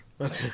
Okay